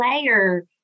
layer